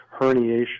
herniation